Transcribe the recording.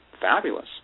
fabulous